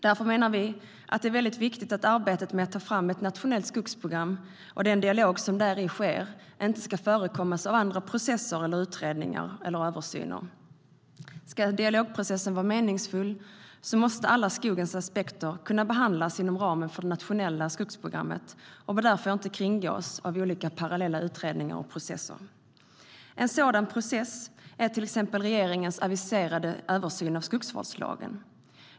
Därför menar vi att det är mycket viktigt att arbetet med att ta fram ett nationellt skogsprogram, och den dialog som däri sker, inte ska förekommas av andra processer, utredningar eller översyner. En sådan process är till exempel regeringens aviserade översyn av skogsvårdslagen.